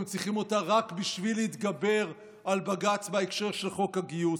הם צריכים אותה רק בשביל להתגבר על בג"ץ בהקשר של חוק הגיוס.